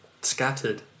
scattered